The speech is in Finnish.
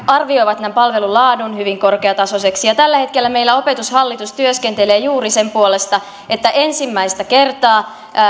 arvioivat tämän palvelun laadun hyvin korkeatasoiseksi tällä hetkellä meillä opetushallitus työskentelee juuri sen puolesta että ensimmäistä kertaa